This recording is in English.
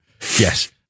Yes